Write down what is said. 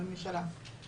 הממשלה.